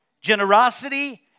generosity